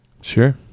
Sure